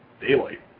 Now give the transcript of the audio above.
Daylight